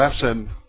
lesson